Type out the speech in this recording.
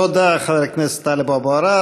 תודה, חבר הכנסת טלב אבו עראר.